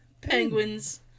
Penguins